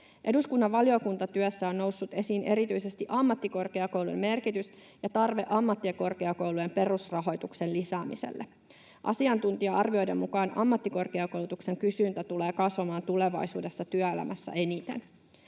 Eduskunnan valiokuntatyössä on noussut esiin erityisesti ammattikorkeakoulun merkitys ja tarve ammattikorkeakoulujen perusrahoituksen lisäämiselle. Asiantuntija-arvioiden mukaan ammattikorkeakoulutuksen kysyntä tulee kasvamaan tulevaisuudessa työelämässä eniten.